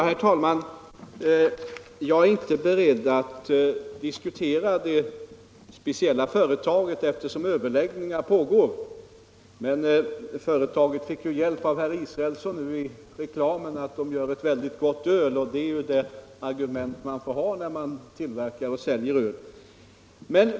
Herr talman! Jag är inte beredd att diskutera det speciella företaget, eftersom överläggningar pågår. Men företaget fick ju hjälp av herr Israelsson med reklamen: man gör ett väldigt gott öl. Det är ju ett bra argument när man tillverkar och säljer öl.